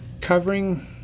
covering